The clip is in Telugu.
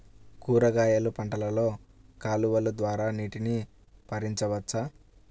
కూరగాయలు పంటలలో కాలువలు ద్వారా నీటిని పరించవచ్చా?